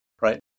right